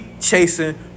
chasing